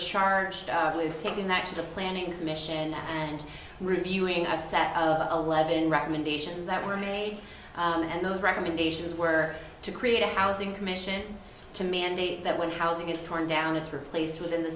charged with taking that to the planning commission and reviewing i said a lead in recommendations that were made and those recommendations were to create a housing commission to mandate that when housing is torn down it's replaced within the